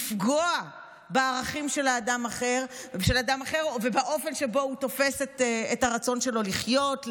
לפגוע בערכים של אדם אחר ובאופן שבו הוא תופס את הרצון שלו לחיות,